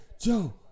Joe